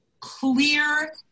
clear